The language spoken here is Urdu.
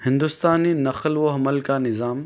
ہندوستانی نقل و حمل کا نظام